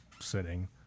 sitting